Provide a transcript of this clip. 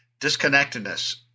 Disconnectedness